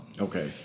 Okay